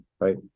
right